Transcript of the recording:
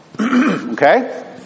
Okay